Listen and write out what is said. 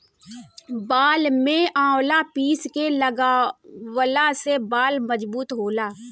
बाल में आवंला पीस के लगवला से बाल मजबूत होला